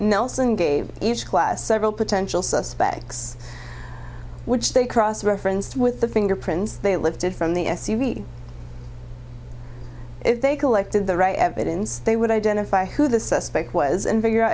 nelson gave each class several potential suspects which they cross referenced with the fingerprints they lifted from the s u v if they collected the right evidence they would identify who the suspect was and figure out